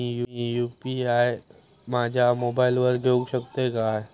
मी UPI माझ्या मोबाईलावर घेवक शकतय काय?